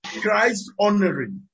Christ-honoring